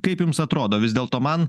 kaip jums atrodo vis dėlto man